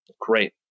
Great